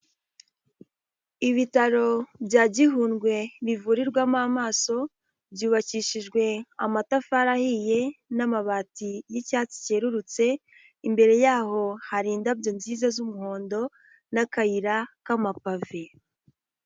Ibitaro bya gihundwe bivurirwamo amaso byubakishijwe amatafari ahiye n'amabati y'icyatsi cyerurutse, imbere yaho hari indabyo nziza z'umuhondo n'akayira k'amapave.